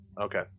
Okay